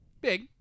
Big